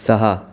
सहा